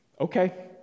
Okay